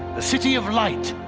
the city of light,